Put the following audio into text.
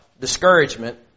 discouragement